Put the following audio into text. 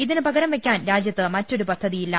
ഇതിന് പകരംവെ യ്ക്കാൻ രാജ്യത്ത് മറ്റൊരു പദ്ധതിയില്ല